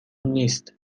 نیست